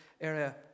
area